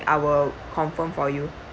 I will confirm for you